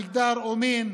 מגדר או מין,